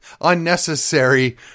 unnecessary